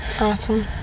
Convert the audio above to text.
Awesome